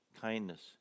kindness